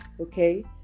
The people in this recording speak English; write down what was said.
Okay